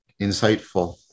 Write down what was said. insightful